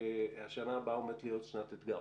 שהשנה הבאה עומדת להיות שנת אתגר.